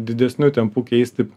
didesniu tempu keisti